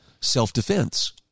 self-defense